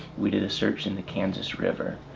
we did a search in the kansas river.